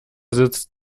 sitzt